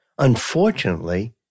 Unfortunately